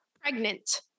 pregnant